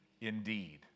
indeed